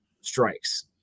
strikes